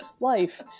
life